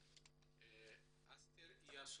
אסתר יאסו,